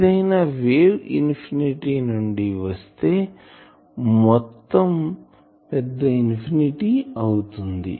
ఏదైనా wave infinity నుండి వస్తే మొత్తం పెద్ద ఇన్ఫినిటీ అవుతుంది